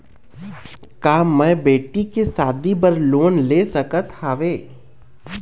का मैं बेटी के शादी बर लोन ले सकत हावे?